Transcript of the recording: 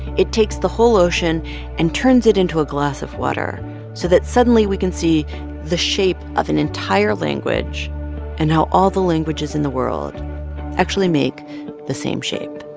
it takes the whole ocean and turns it into a glass of water so that suddenly, we can see the shape of an entire language and how all the languages in the world actually make the same shape